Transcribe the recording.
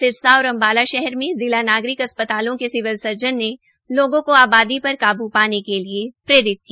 सिरसा और अम्बाला शहर मे जिला नागरिक अस्पतालों के सिविल सर्जन ने लोगों को आबादी पर काबू पाने के लिये प्रेरित किया